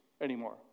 anymore